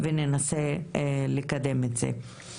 אבדוק איתה אם היא מעוניינת להצטרף אלינו בזה וננסה לקדם את זה.